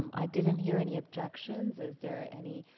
i didn't hear any objections, is there any?